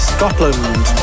Scotland